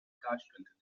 kruispunten